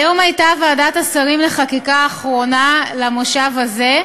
היום ישבה ועדת השרים לחקיקה האחרונה למושב הזה,